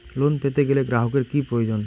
Loan পেতে গেলে গ্রাহকের কি প্রয়োজন?